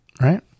right